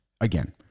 Again